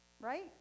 right